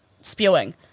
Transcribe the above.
spewing